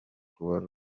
croix